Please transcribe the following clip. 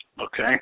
okay